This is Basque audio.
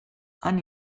han